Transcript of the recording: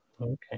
Okay